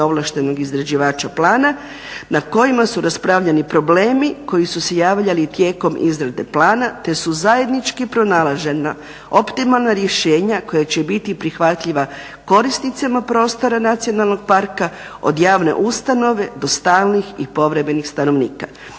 ovlaštenog izrađivača plana, na kojima su raspravljani problemi koji su se javljali tijekom izrade plana te su zajednički pronalažena optimalna rješenja koja će biti prihvatljiva korisnicima prostora nacionalnog parka od javne ustanove do stalnih i povremenih stanovnika.